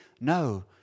No